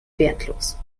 wertlos